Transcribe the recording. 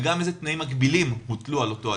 וגם איזה תנאים מגבילים הוטלו על אותו אדם.